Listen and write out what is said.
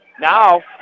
Now